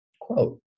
quote